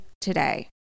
today